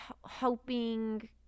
hoping